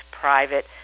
private